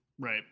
right